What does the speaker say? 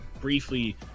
briefly